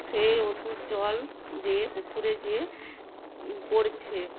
সেই ওষুধ জল গিয়ে পুকুরে গিয়ে পড়ছে